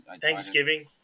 Thanksgiving